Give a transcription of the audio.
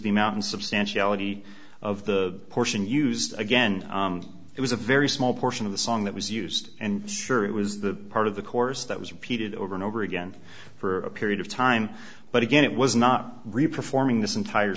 the mountain substantiality of the portion used again it was a very small portion of the song that was used and sure it was the part of the course that was repeated over and over again for a period of time but again it was not reproach forming this entire